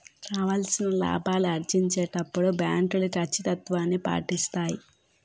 కావాల్సిన లాభాలు ఆర్జించేటప్పుడు బ్యాంకులు కచ్చితత్వాన్ని పాటిస్తాయి